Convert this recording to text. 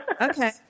Okay